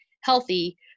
healthy